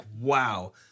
wow